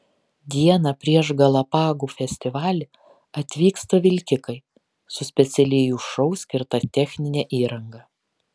dieną prieš galapagų festivalį atvyksta vilkikai su specialiai jų šou skirta technine įranga